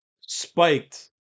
Spiked